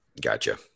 Gotcha